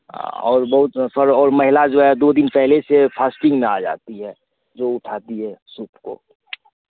और बहुत सर और महिला जो है दो दिन पहले से फास्टिंग में आ जाती है जो उठाती है सूप को